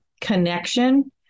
connection